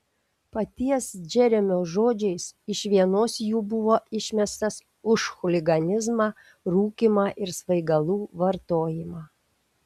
paties džeremio žodžiais iš vienos jų buvo išmestas už chuliganizmą rūkymą ir svaigalų vartojimą